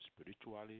spiritually